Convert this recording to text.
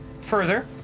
Further